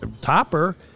Topper